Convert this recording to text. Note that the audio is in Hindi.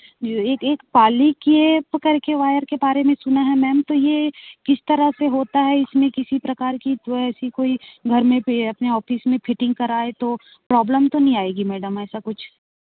एक एक पाली के पकड़ के वायर के बारे में सुना है मेम तो ये किस तरह से होता है इसमें किसी प्रकार की तो ऐसी कोई घर में अपने ऑफिस में फिटिंग कराए तो प्रॉब्लम तो नहीं आएगी मैडम ऐसा कुछ